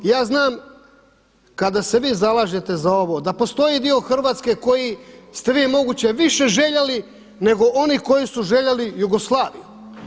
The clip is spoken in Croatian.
I ja znam kada se vi zalažete za ovo da postoji dio Hrvatske koji ste vi moguće više željeli nego oni koji su željeli Jugoslaviju.